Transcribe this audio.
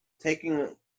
taking